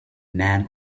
man